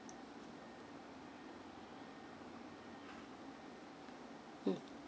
mm